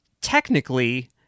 technically